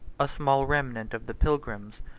a small remnant of the pilgrims,